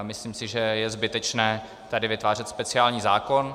Myslím si, že je zbytečné tady vytvářet speciální zákon.